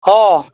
অঁ